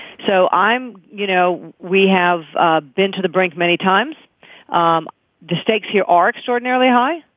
so i'm you know we have ah been to the brink many times um the stakes here are extraordinarily high.